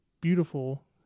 beautiful